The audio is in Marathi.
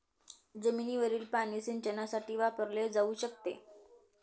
जमिनीवरील पाणी सिंचनासाठी वापरले जाऊ शकते